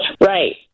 Right